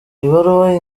ibaruwa